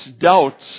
doubts